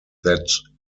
that